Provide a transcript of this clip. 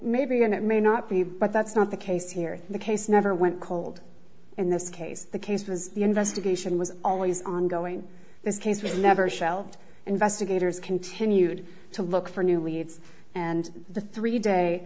maybe and it may not be but that's not the case here the case never went cold in this case the case was the investigation was always ongoing this case was never shelved investigators continued to look for new leads and the three day